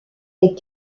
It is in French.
est